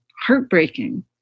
heartbreaking